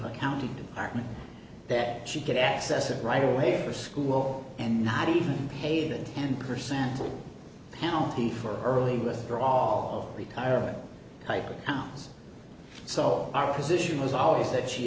accounting department that she could access it right away for school and not even pay that and percent penalty for early withdrawal retirement hyper pounds so our position was always that she